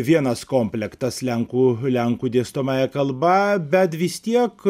vienas komplektas lenkų lenkų dėstomąja kalba bet vis tiek